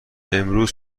امروز